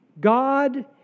God